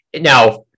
Now